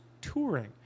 touring